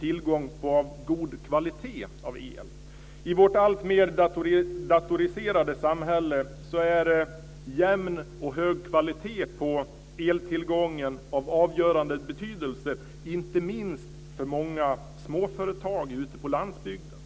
tillgång till el av god kvalitet. I vårt alltmer datoriserade samhälle är jämn och hög kvalitet på eltillgången av avgörande betydelse, inte minst för många småföretag ute på landsbygden.